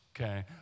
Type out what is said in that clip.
okay